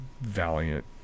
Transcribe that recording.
valiant